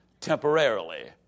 temporarily